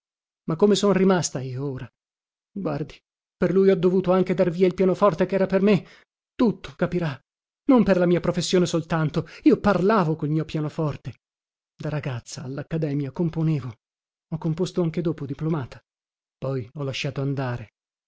ma come son rimasta io ora guardi per lui ho dovuto anche dar via il pianoforte chera per me tutto capirà non per la mia professione soltanto io parlavo col mio pianoforte da ragazza allaccademia componevo ho composto anche dopo diplomata poi ho lasciato andare